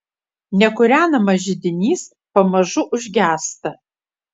nekūrenamas židinys pamažu užgęsta